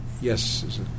Yes